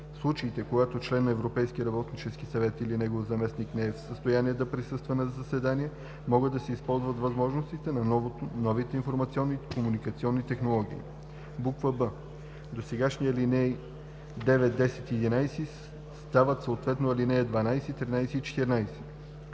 случаите, когато член на европейския работнически съвет или негов заместник не е в състояние да присъства на заседание, могат да се използват възможностите на новите информационни и комуникационни технологии.“; б) досегашните ал. 9, 10 и 11 стават съответно ал. 12, 13 и 14.